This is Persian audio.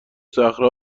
صخره